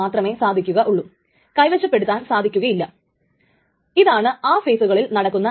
transaction തുടങ്ങുമ്പോൾ അതിന് ഒരു ടൈം സ്റ്റാമ്പ് കൊടുക്കപ്പെടും